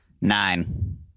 Nine